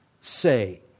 say